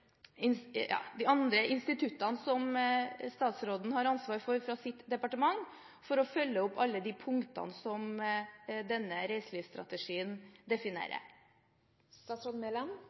har ansvar for, for å følge opp alle de punktene som denne reiselivsstrategien definerer?